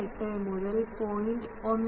18 മുതൽ 0